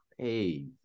crazy